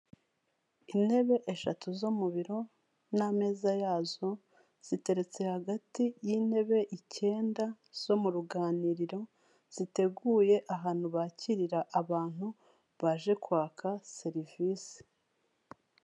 Intebe eshatu zo mu biro n'ameza yazo, ziteretse hagati y'intebe icyenda zo mu ruganiriro, ziteguye ahantu bakirira abantu baje kwaka serivise.